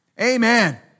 Amen